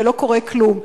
ולא קורה כלום.